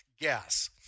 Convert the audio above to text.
gas